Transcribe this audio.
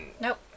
Nope